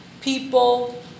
people